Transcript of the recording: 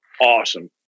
awesome